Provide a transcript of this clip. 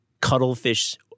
cuttlefish